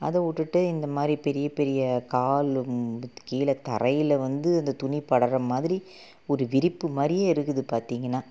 அதை விட்டுட்டு இந்த மாதிரி பெரிய பெரிய கால் கீழே தரையில் வந்து அந்த துணி படுற மாதிரி ஒரு விரிப்பு மாதிரியே இருக்குது பார்த்தீங்கனா